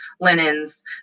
linens